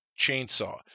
Chainsaw